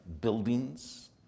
buildings